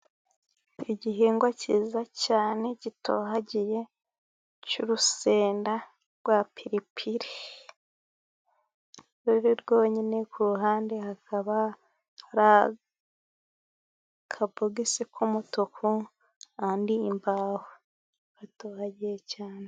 Igihingwa cyiza cyane gitohagiye cy'urusenda rwa piripiri, ruri rwonyine. Ku ruhande hakaba hari akabogisi ku'mutuku, ahandi imbaho Ruratohagiye cyane.